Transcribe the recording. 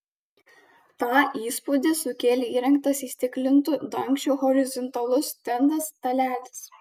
tą įspūdį sukėlė įrengtas įstiklintu dangčiu horizontalus stendas stalelis